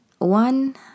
One